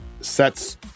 sets